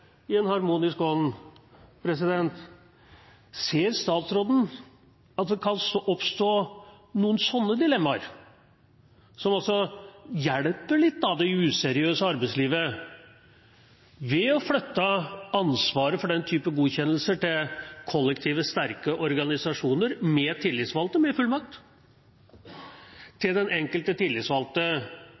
i en harmonisk ånd: Ser statsråden at det kan oppstå noen sånne dilemmaer, som hjelper det useriøse arbeidslivet litt ved å flytte ansvaret for den typen godkjennelser fra kollektive, sterke organisasjoner med tillitsvalgte med fullmakt, til den enkelte tillitsvalgte,